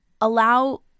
allow